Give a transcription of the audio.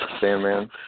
Sandman